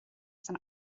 san